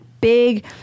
big